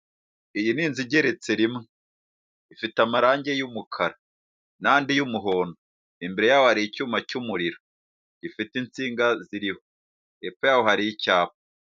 Iyi ni inzu igeretse rimwe, ifite amarangi y'umukara nandi y'umuhondo, imbere yaho hari icyuma cy'umuriro gifite insinga ziriho, hepfo yaho hari icyapa.